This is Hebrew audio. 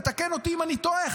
ותקן אותי אם אני טועה,